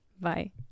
Bye